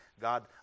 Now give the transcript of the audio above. God